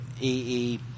EE